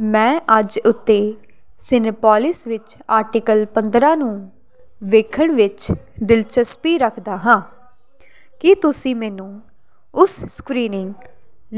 ਮੈਂ ਅੱਜ ਉੱਤੇ ਸਿਨੇਪੋਲਿਸ ਵਿੱਚ ਆਰਟੀਕਲ ਪੰਦਰਾਂ ਨੂੰ ਵੇਖਣ ਵਿੱਚ ਦਿਲਚਸਪੀ ਰੱਖਦਾ ਹਾਂ ਕੀ ਤੁਸੀਂ ਮੈਨੂੰ ਉਸ ਸਕ੍ਰੀਨਿੰਗ